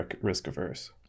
risk-averse